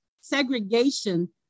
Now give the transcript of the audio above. segregation